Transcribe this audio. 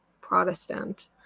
Protestant